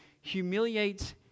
humiliates